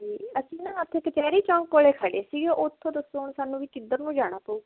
ਅਸੀਂ ਨਾ ਉੱਥੇ ਕਚਹਿਰੀ ਚੌਂਕ ਕੋਲ ਖੜ੍ਹੇ ਸੀ ਉੱਥੋਂ ਤੋਂ ਦੱਸੋ ਹੁਣ ਸਾਨੂੰ ਵੀ ਕਿੱਧਰ ਨੂੰ ਜਾਣਾ ਪਊ